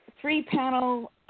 three-panel